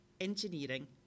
engineering